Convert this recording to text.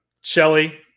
shelly